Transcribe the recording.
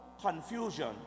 confusion